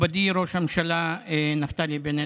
מכובדי ראש הממשלה נפתלי בנט,